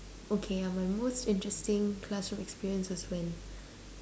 okay uh my most interesting classroom experience is when